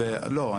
לא,